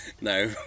No